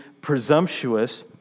presumptuous